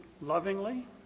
lovingly